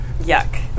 Yuck